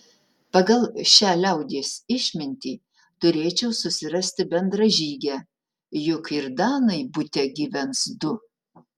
pagal šią liaudies išmintį turėčiau susirasti bendražygę juk ir danai bute gyvens du